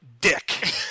dick